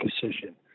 decision